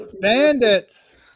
Bandits